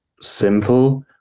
simple